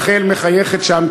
רחל מחייכת שם,